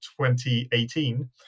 2018